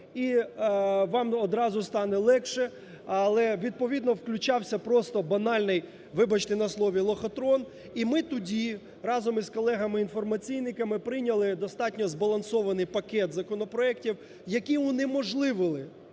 і вам одразу стане легше. А, відповідно, включався просто банальний, вибачте на слові, "лохотрон", і ми тоді разом із колегами інформаційниками прийняли достатньо збалансований пакет законопроектів, які унеможливили: